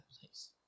place